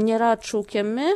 nėra atšaukiami